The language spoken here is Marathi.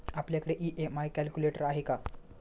आपल्याकडे ई.एम.आय कॅल्क्युलेटर आहे का?